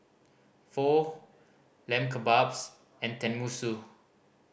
Pho Lamb Kebabs and Tenmusu